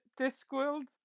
Discworld